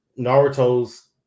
Naruto's